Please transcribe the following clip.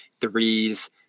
threes